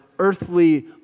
earthly